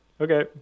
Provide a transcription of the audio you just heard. okay